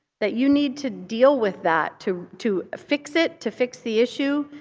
that you need to deal with that to to fix it, to fix the issue.